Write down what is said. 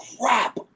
crap